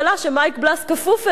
שמייק בלס כפוף לו,